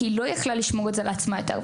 כי היא לא יכלה לשמור את זה לעצמה יותר,